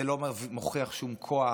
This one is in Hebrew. זה לא מוכיח שום כוח.